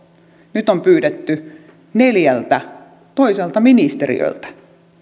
nyt on pyydetty neljältä toiselta ministeriöltä